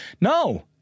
No